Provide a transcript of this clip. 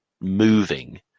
moving